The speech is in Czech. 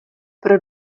pro